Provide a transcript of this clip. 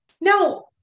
now